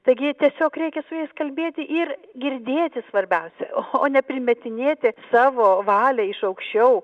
taigi tiesiog reikia su jais kalbėti ir girdėti svarbiausia o ne primetinėti savo valią iš aukščiau